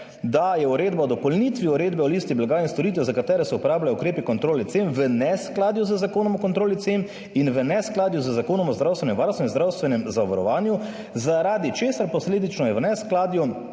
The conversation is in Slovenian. da je Uredba o dopolnitvi Uredbe o listi blaga in storitev, za katere se uporabljajo ukrepi kontrole cen, v neskladju z Zakonom o kontroli cen in v neskladju z Zakonom o zdravstvenem varstvu in zdravstvenem zavarovanju, zaradi česar je posledično v neskladju